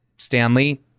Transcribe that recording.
stanley